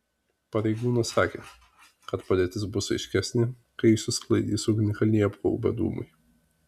pareigūnas sakė kad padėtis bus aiškesnė kai išsisklaidys ugnikalnį apgaubę dūmai